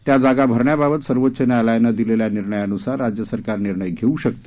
त्या जागा भरण्याबाबत सर्वोच्च न्यायालयाने दिलेल्या निर्णयानुसार राज्य सरकार निर्णय घेऊ शकते